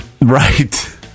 Right